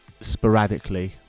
sporadically